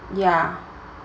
yeah